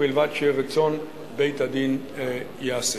ובלבד שרצון בית-הדין ייעשה.